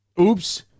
Oops